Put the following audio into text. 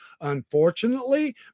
Unfortunately